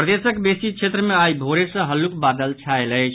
प्रदेशक बेसी क्षेत्र मे आइ भोरे सँ हल्लुक बादल छायल अछि